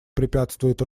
препятствует